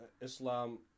Islam